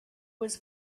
was